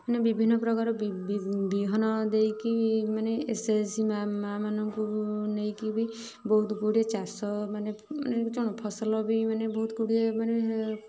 ମାନେ ବିଭିନ୍ନ ପ୍ରକାର ବିହନ ଦେଇକି ମାନେ ଏସ୍ ଏସ୍ ଜି ମାଆମାନଙ୍କୁ ନେଇକି ବି ବହୁତ ଗୁଡ଼ିଏ ଚାଷ ମାନେ ମାନେ ଏଠି କଣ ଫସଲ ବି ବହୁତ ଗୁଡ଼ିଏ ମାନେ